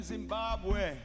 Zimbabwe